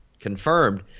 confirmed